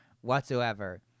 whatsoever